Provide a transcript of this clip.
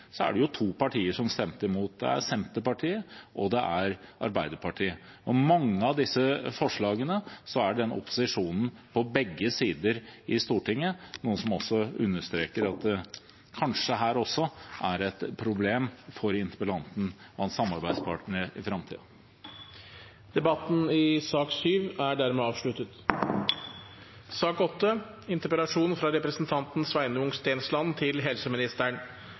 det to partier som stemte imot, Senterpartiet og Arbeiderpartiet. Og i mange av disse forslagene er den opposisjonen på begge sider i Stortinget, noe som understreker at det kanskje her også er et problem for interpellanten og hans samarbeidspartnere i framtiden. Debatten i sak nr. 7 er dermed avsluttet.